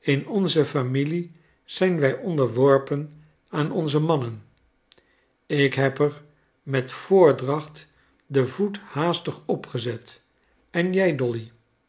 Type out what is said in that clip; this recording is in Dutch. in onze familie zijn wij onderworpen aan onze mannen ik heb er met voordacht den voet haastig opgezet en jij dolly